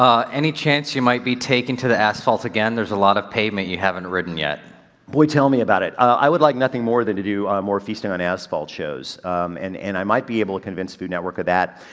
um any chance you might be taking to the asphalt again? there's a lot of pavement you haven't ridden yet. alton brown boy, tell me about it. i would like nothing more than to do more feasting on asphalt shows and, and i might be able to convince food network of that,